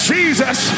Jesus